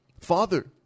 Father